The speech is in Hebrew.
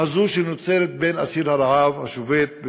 הזו שנוצרת בין אסיר הרעב השובת,